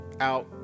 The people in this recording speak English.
out